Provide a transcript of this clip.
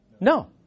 No